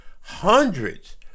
hundreds